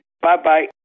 Bye-bye